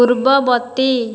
ପୂର୍ବବର୍ତ୍ତୀ